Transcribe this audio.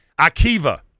Akiva